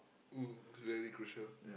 uh very crucial